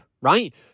Right